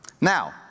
Now